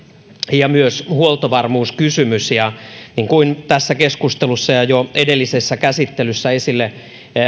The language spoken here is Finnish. ja myös huoltovarmuuskysymys niin kuin tässä keskustelussa ja jo edellisessä käsittelyssä esille